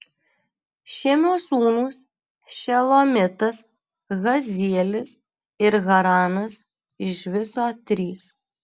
šimio sūnūs šelomitas hazielis ir haranas iš viso trys